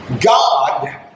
God